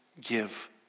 give